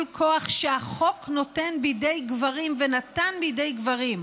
כוח שהחוק נותן בידי גברים ונתן בידי גברים,